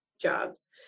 jobs